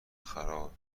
خراب